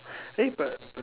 eh but but